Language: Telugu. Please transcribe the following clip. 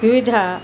వివిధ